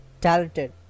talented